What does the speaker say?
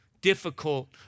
difficult